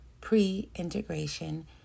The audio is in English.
pre-integration